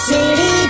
City